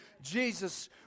Jesus